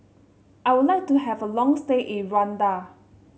I would like to have a long stay in Rwanda